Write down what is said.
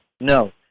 No